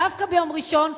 דווקא ביום ראשון,